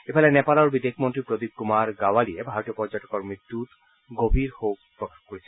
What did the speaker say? ইফালে নেপালৰ বিদেশ মন্ত্ৰী প্ৰদীপ কুমাৰ গাৱালিয়ে ভাৰতীয় পৰ্যটকৰ মৃত্যুত গভীৰ শোক প্ৰকাশ কৰিছে